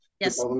Yes